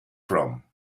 from